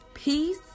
Peace